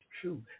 true